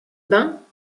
bains